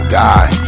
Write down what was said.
die